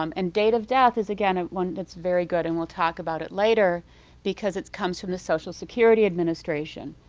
um and date of death is again one that's very good and we'll talk about it later because it comes from the social security administration.